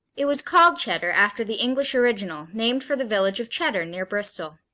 it was called cheddar after the english original named for the village of cheddar near bristol.